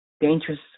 dangerous